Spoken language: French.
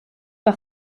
par